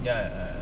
ya